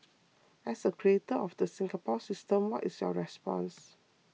as a creator of the Singapore system what is your response